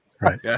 right